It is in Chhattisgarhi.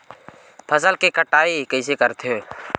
फसल के कटाई कइसे करथे?